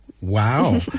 wow